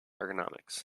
ergonomics